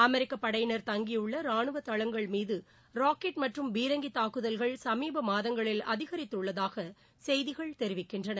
அமெரிக்க படையினர் தங்கியுள்ள ரானுவ தளங்கள் மீது ராக்கெட் மற்றும் பீரங்கி தாக்குதல்கள் சமீப மாதங்களில் அதிகரித்துள்ளதாக செய்திகள் தெரிவிக்கின்றன